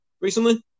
recently